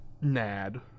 nad